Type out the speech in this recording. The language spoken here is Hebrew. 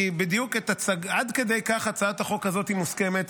כי עד כדי כך הצעת החוק הזאת מוסכמת,